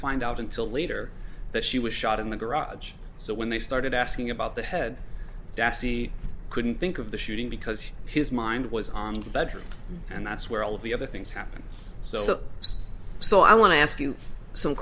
find out until later that she was shot in the garage so when they started asking about the head dessie couldn't think of the shooting because his mind was on the bedroom and that's where all of the other things happened so so i want to ask you some